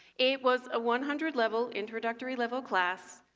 it was a one hundred level, introductory-level class,